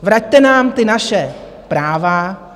Vraťte nám naše práva.